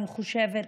אני חושבת,